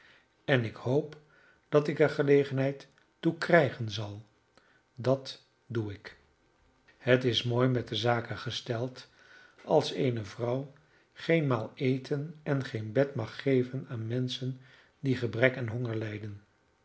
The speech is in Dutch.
en ik hoop dat ik er gelegenheid toe krijgen zal dat doe ik het is mooi met de zaken gesteld als eene vrouw geen maal eten en geen bed mag geven aan menschen die gebrek en